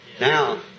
Now